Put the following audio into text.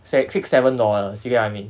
six six seven dollars you get what I mean